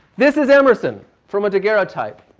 this is emerson from a degara-type